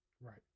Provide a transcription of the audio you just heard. Right